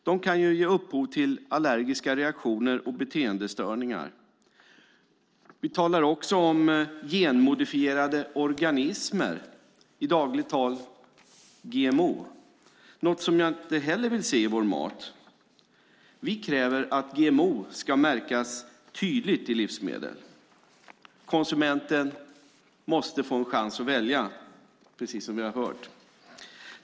De kan ge upphov till allergiska reaktioner och beteendestörningar. Vi talar också om genmodifierade organismer, i dagligt tal GMO, något som jag inte heller vill se i vår mat. Vi kräver att GMO ska märkas tydligt i livsmedel. Konsumenten måste få en chans att välja, precis som vi har hört.